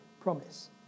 promise